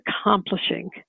accomplishing